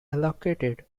allocated